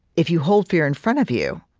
if you hold fear in front of you,